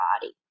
body